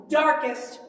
darkest